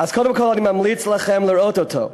אז קודם כול, אני ממליץ לכם לראות אותו,